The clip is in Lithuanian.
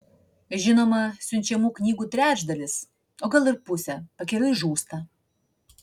žinoma siunčiamų knygų trečdalis o gal ir pusė pakeliui žūsta